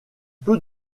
peu